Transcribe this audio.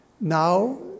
Now